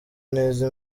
neza